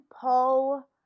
pull